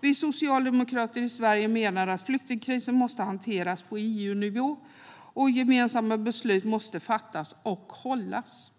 Vi socialdemokrater i Sverige menar att flyktingkrisen måste hanteras på EU-nivå, och gemensamma beslut måste fattas och genomföras.